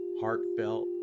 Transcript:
heartfelt